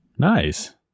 Nice